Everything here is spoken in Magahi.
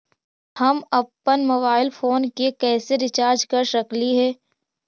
हम अप्पन मोबाईल फोन के कैसे रिचार्ज कर सकली हे?